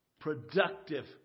productive